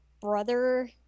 brother